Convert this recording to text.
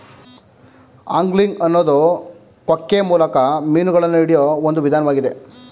angling ಅನ್ನೋದು ಕೊಕ್ಕೆ ಮೂಲಕ ಮೀನುಗಳನ್ನ ಹಿಡಿಯೋ ಒಂದ್ ವಿಧಾನ್ವಾಗಿದೆ